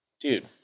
Dude